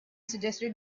suggested